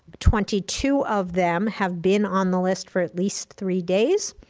twenty two of them have been on the list for at least three days,